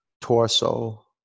torso